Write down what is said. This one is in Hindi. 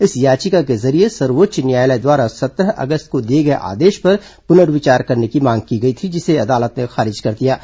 इस याचिका के जरिये सर्वोच्च न्यायालय द्वारा सत्रह अगस्त को दिए गए आदेश पर पुनर्विचार करने की मांग की गई थी जिसे अदालत ने खारिज कर दिया है